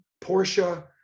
Porsche